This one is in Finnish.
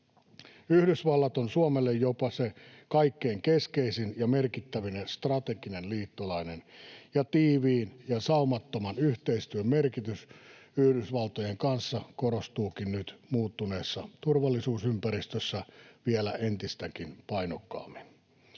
Yhdysvallat on Suomelle jopa se kaikkein keskeisin ja merkittävin strateginen liittolainen, ja tiiviin ja saumattoman yhteistyön merkitys Yhdysvaltojen kanssa korostuukin nyt muuttuneessa turvallisuusympäristössä vielä entistäkin painokkaammin.